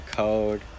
code